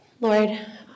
Lord